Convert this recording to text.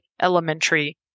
elementary